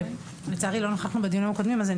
לצערי לא נכחנו בדיונים הקודמים ולכן